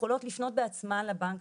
יכולות לפנות בעצמן לבנק,